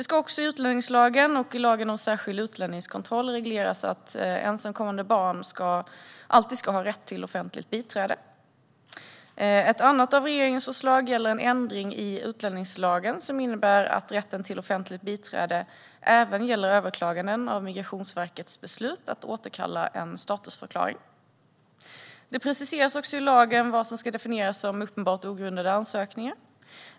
I utlänningslagen och i lagen om särskild utlänningskontroll ska det också regleras att ensamkommande barn alltid ska ha rätt till ett offentligt biträde. Ett annat av regeringens förslag gäller en ändring i utlänningslagen som innebär att rätten till offentligt biträde även gäller överklaganden av Migrationsverkets beslut om att återkalla en statusförklaring. Det preciseras också i lagen vad som ska definieras som uppenbart ogrundade ansökningar.